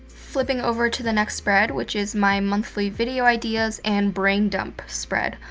flipping over to the next spread, which is my monthly video ideas and brain dump spread.